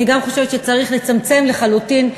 אני גם חושבת שצריך לצמצם לחלוטין,